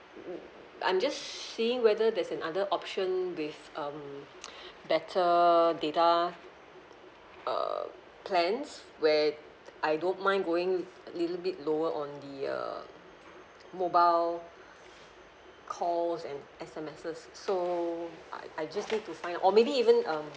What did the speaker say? mm mm I'm just seeing whether there's an other option with um better data uh plans where I don't mind going little bit lower on the uh mobile calls and S_M_Ses so I I just need to find or maybe even um